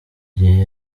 gihe